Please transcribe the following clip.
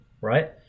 right